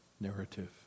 narrative